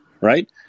right